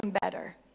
better